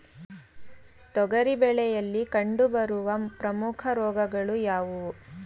ತೊಗರಿ ಬೆಳೆಯಲ್ಲಿ ಕಂಡುಬರುವ ಪ್ರಮುಖ ರೋಗಗಳು ಯಾವುವು?